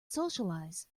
socialize